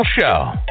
show